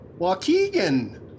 Waukegan